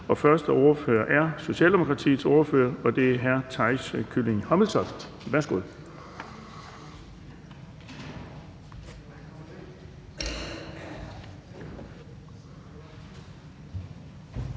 Den første ordfører er Socialdemokratiets ordfører, og det er hr. Theis Kylling Hommeltoft. Værsgo.